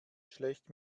schlecht